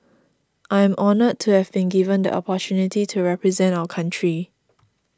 I am honour to have been given the opportunity to represent our country